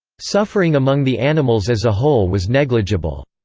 suffering among the animals as a whole was negligible.